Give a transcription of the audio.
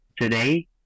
Today